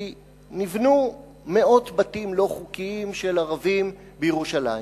כי נבנו מאות בתים לא חוקיים של ערבים בירושלים,